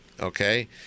okay